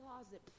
closet